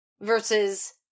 Versus-